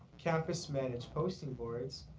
campus manage postings boards,